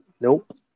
nope